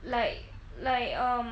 like like um